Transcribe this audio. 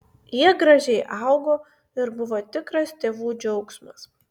jie gražiai augo ir buvo tikras tėvų džiaugsmas